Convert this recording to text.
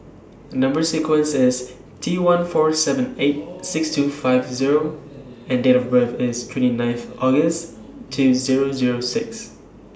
Number sequence IS T one four seven eight six two five O and Date of birth IS twenty ninth August two Zero Zero six